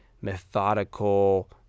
methodical